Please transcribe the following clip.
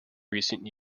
recent